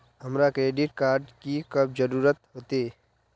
हमरा credit card की कब जरूरत होते?